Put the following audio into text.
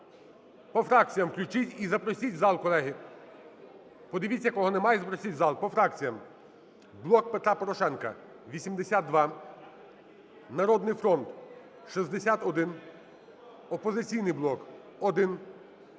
по фракціям включіть. І запросіть в зал, колеги. Подивіться, кого немає, і запросіть в зал. По фракціям. "Блок Петра Порошенка" – 82, "Народний фронт" – 61, "Опозиційний блок" –